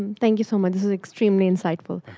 thank you so much. this is extremely insightful.